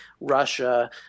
Russia